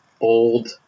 old